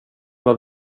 vad